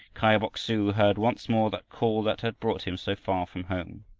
kai bok-su heard once more that call that had brought him so far from home.